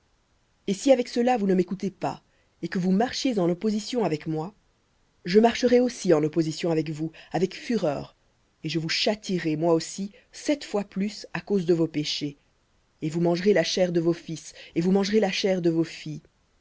et si avec cela vous ne m'écoutez pas et que vous marchiez en opposition avec moi je marcherai aussi en opposition avec vous avec fureur et je vous châtierai moi aussi sept fois plus à cause de vos péchés et vous mangerez la chair de vos fils et vous mangerez la chair de vos filles